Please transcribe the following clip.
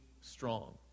strong